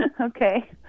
Okay